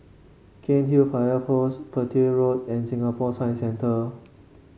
Cairnhill Fire Post Petir Road and Singapore Science Centre